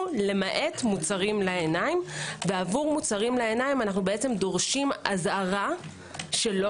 למעט מוצרים לעיניים ועבור מוצרים לעיניים אנו דורשים אזהרה שלא